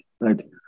right